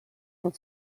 and